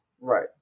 right